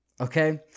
Okay